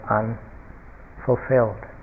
unfulfilled